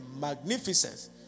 magnificence